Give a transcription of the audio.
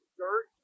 dirt